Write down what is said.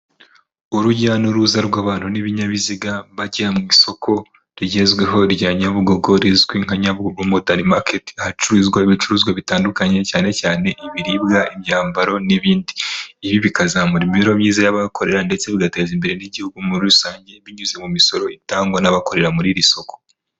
Urujya n'uruza rw'abantu n'ibinyabiziga bajya mu isoko rigezweho rya Nyabugogo rizwi nka Nyabugogo Modern Market, ahacururizwa ibicuruzwa bitandukanye cyane cyane ibiribwa, imyambaro n'ibindi. Ibi bikazamura imibereho myiza y'abahakorera ndetse bigateza imbere n'igihugu muri rusange binyuze mu misoro itangwa n'abakorera muri iri soko.